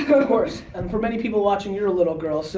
of course. and for many people watching you're a little girl so